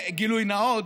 בגילוי נאות,